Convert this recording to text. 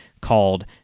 called